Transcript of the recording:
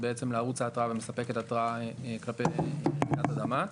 לערוץ ההתרעה ומספקת התרעה כלפי רעידת אדמה.